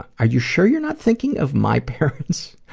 are you sure you're not thinking of my parents?